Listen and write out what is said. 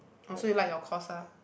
oh so you like your course lah